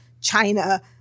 China